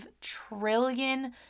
trillion